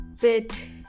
bit